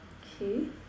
K